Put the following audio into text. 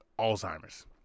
Alzheimer's